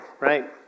right